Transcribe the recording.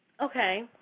Okay